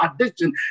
addiction